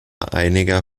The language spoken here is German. einiger